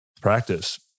practice